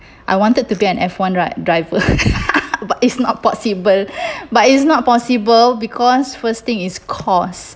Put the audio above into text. I wanted to be an F one right driver but it's not possible but it's not possible because first thing is cost